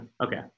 okay